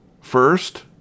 First